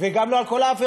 וגם לא על כל העבירות.